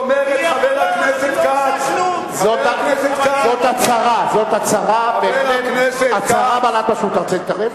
זאת הצהרה בעלת משמעות.